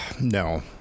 No